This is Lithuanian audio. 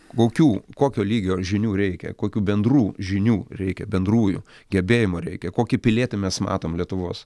kokių kokio lygio žinių reikia kokių bendrų žinių reikia bendrųjų gebėjimo reikia kokį pilietį mes matom lietuvos